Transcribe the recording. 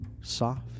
soft